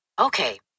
Okay